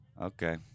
Okay